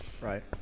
Right